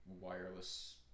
wireless